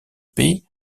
pays